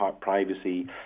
privacy